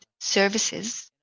services